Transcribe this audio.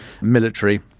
military